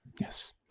Yes